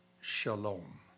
Shalom